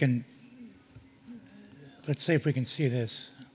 can let's see if we can see this